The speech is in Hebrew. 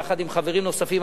יחד עם חברים נוספים,